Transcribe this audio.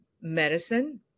medicine